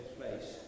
place